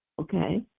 Okay